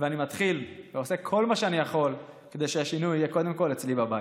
ואני מתחיל ועושה כל מה שאני יכול כדי שהשינוי יהיה קודם כול אצלי בבית.